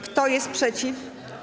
Kto jest przeciw?